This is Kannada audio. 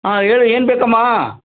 ಹಾಂ ಹೇಳಿ ಏನು ಬೇಕಮ್ಮ